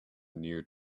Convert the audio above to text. near